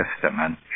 Testament